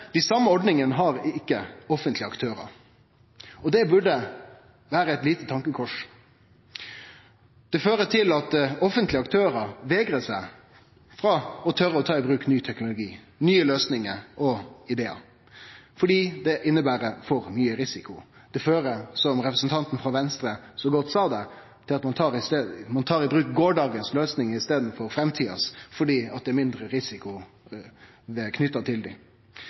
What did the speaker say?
Dei sama ordningane har ikkje offentlege aktørar. Og det burde vere eit lite tankekors. Det fører til at offentlege aktørar vegrar seg og tør ikkje ta i bruk ny teknologi, nye løysingar og idear, fordi det inneber for stor risiko. Det fører til, som representanten frå Venstre så godt sa det, at ein tar i bruk gårsdagens løysing i staden for framtidas fordi det er mindre risiko knytt til